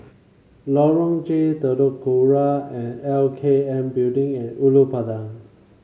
Lorong J Telok Kurau and L K N Building and Ulu Pandan